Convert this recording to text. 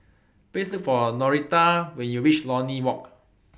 Please Look For Norita when YOU REACH Lornie Walk